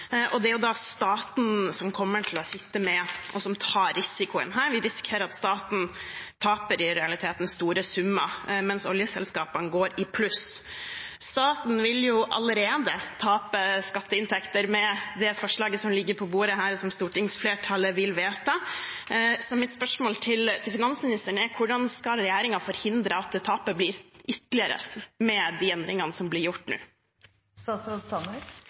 Det er da staten som kommer til å sitte med, og som tar, risikoen her – vi risikerer at staten i realiteten taper store summer, mens oljeselskapene går i pluss. Staten vil allerede tape skatteinntekter med det forslaget som ligger på bordet her, og som stortingsflertallet vil vedta. Så mitt spørsmål til finansministeren er: Hvordan skal regjeringen forhindre at det blir ytterligere tap med de endringene som blir gjort